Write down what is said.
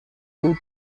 بود